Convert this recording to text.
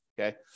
Okay